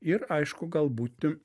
ir aišku galbūt